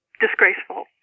disgraceful